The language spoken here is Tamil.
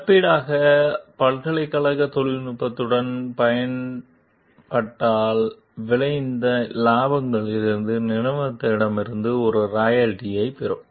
இழப்பீடாக பல்கலைக்கழக தொழில்நுட்பத்தின் பயன்பாட்டால் விளைந்த இலாபங்களிலிருந்து நிறுவனத்திடமிருந்து ஒரு ராயல்டியைப் பெறும்